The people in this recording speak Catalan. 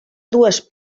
dues